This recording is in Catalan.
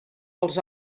els